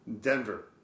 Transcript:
Denver